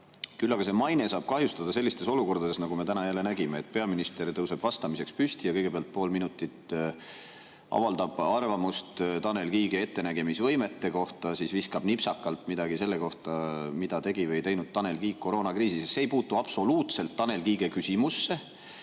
Küll aga saab see maine kahjustada sellistes olukordades, nagu me täna jälle nägime – peaminister tõuseb vastamiseks püsti ja kõigepealt pool minutit avaldab arvamust Tanel Kiige ettenägemisvõimete kohta, siis viskab nipsakalt midagi selle kohta, mida tegi või ei teinud Tanel Kiik koroonakriisi ajal. See ei puutu absoluutselt Tanel Kiige küsimusse.